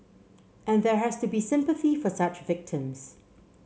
and there has to be sympathy for such victims